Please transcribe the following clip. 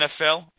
NFL